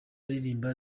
aririmba